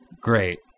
Great